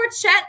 Chet